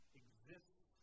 exists